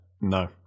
No